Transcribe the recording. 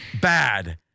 bad